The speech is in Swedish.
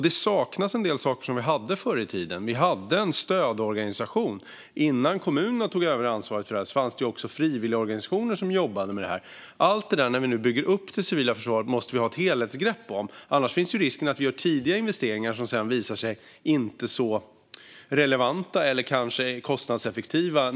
Det saknas en del saker som vi hade förr. Då hade vi en stödorganisation. Innan kommunerna tog över ansvaret fanns det också frivilligorganisationer som jobbade med det. När vi nu bygger upp det civila försvaret måste vi ta ett helhetsgrepp om allt det. Annars finns det risk att vi gör tidiga investeringar som sedan visar sig vara inte särskilt relevanta eller kanske kostnadseffektiva.